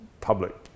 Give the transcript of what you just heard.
public